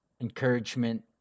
encouragement